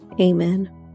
Amen